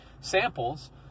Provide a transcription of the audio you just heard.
samples